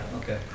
okay